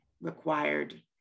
required